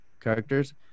characters